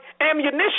ammunition